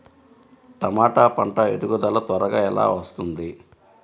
టమాట పంట ఎదుగుదల త్వరగా ఎలా వస్తుంది?